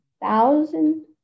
thousand